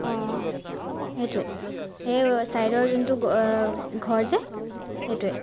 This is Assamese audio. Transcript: অঁ সেইটোৱে সেই ছাইডৰ যোনটো ঘৰ যে সেইটোৱে